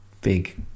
big